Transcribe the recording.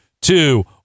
two